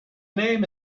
name